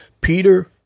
Peter